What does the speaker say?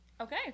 Okay